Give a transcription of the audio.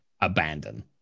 abandon